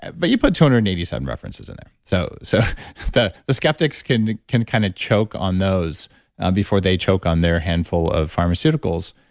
but you two hundred and eighty seven references in there. so so the the skeptics can can kind of choke on those before they choke on their handful of pharmaceuticals,